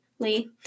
Lee